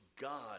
God